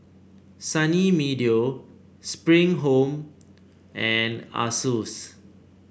Sunny Meadow Spring Home and Asus